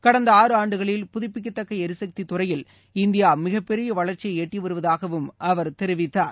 கடந்த ஆறு ஆண்டுகளில் புதுப்பிக்கத்தக்க எரிசக்தித் துறையில் இந்தியா மிகப்பெரிய வளர்ச்சியை எட்டி வருவதாக அவர் தெரிவித்தார்